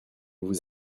vous